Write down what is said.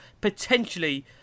potentially